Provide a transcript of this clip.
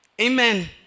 Amen